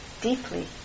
Deeply